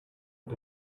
but